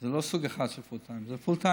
זה לא סוג אחד של פול-טיימר, זה פול-טיימר,